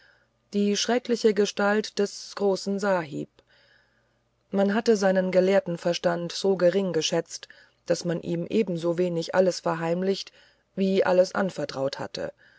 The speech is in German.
die schreckliche gestalt des großen sahib man hatte seinen gelehrtenverstand so gering geschätzt daß man ihm ebenso wenig alles verheimlicht wie alles anvertraut hatte